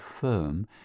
firm